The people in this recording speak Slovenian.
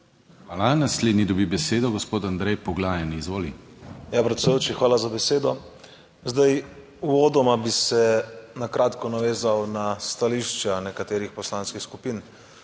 Hvala. Naslednji dobi besedo gospod Andrej Poglajen, izvoli. ANDREJ POGLAJEN (PS SDS): Ja, predsedujoči, hvala za besedo. Zdaj, uvodoma bi se na kratko navezal na stališča nekaterih poslanskih skupin.